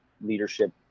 leadership